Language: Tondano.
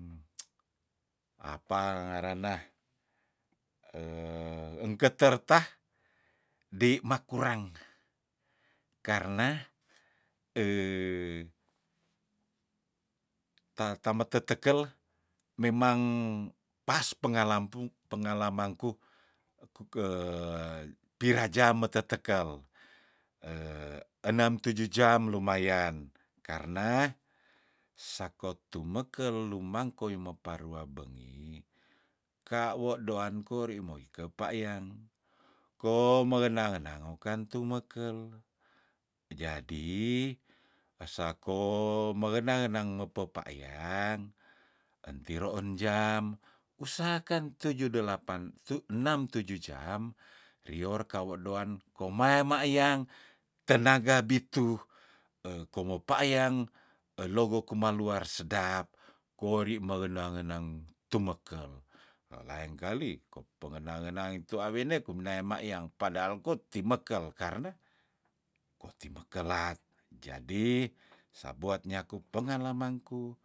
apa ngarana engkerta dei makurang karna ta tametetekel memang pas pengalampung pengalamangku kuk piraja metetekel enem tuju jam lumayan karna sako tumekel lumangkoi meparua bengi ka wo doan kori mo ike payang kong mengena ngena ngokan tumekel jadi esako mengena ngenang mepepayang entiro on jam usahakan tuju delapan tu enam tuju jam rior kawo doan komaya mayang tenaga bitu komo payang elogo kuma luar sedap kori mengena ngenang tumekel elaeng kali ko pengena ngenang tu awene kumenae mayang padaal koti mekel karna kotimekel lak jadi sabuat nyaku pengalamangku